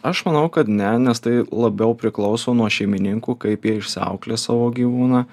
aš manau kad ne nes tai labiau priklauso nuo šeimininkų kaip jie išsiauklės savo gyvūną